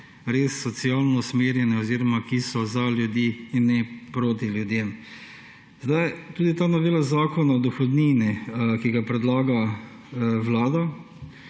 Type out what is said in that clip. res socialno usmerjene oziroma ki so za ljudi in ne proti ljudem. Tudi v noveli Zakona o dohodnini, ki jo predlaga Vlada,